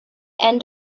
end